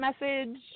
message